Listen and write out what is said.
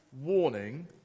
warning